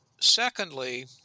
Secondly